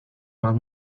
más